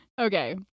Okay